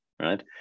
Right